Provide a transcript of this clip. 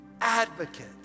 advocate